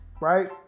right